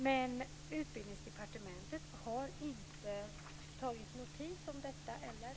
Men Utbildningsdepartementet har inte tagit notis om detta - eller?